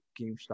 GameStop